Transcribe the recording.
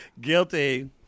guilty